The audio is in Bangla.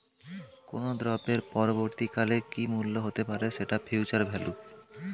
কোনো দ্রব্যের পরবর্তী কালে কি মূল্য হতে পারে, সেটা ফিউচার ভ্যালু